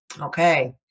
Okay